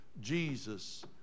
Jesus